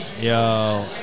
Yo